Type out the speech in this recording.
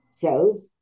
shows